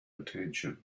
attention